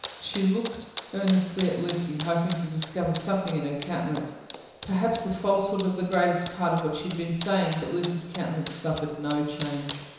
she looked earnestly at lucy, hoping to discover something in her countenance perhaps the falsehood of the greatest part of what she had been saying but lucy's countenance suffered no change.